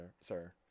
sir